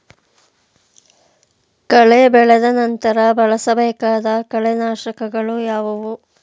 ಕಳೆ ಬೆಳೆದ ನಂತರ ಬಳಸಬೇಕಾದ ಕಳೆನಾಶಕಗಳು ಯಾವುವು?